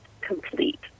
complete